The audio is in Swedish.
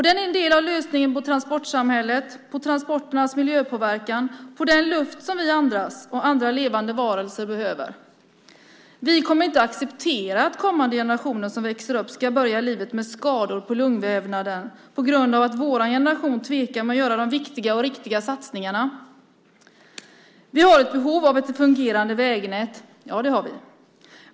Den är en del av lösningen för transportsamhället och transporternas påverkan på miljön och på den luft vi och andra levande varelser andas och behöver. Vi kommer inte att acceptera att kommande generationer som växer upp ska börja livet med skador på lungvävnaden på grund av att vår generation tvekar att göra de viktiga och riktiga satsningarna. Vi har ett behov av ett fungerande vägnät - ja, det har vi.